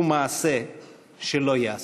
הוא מעשה שלא יעשה.